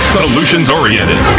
solutions-oriented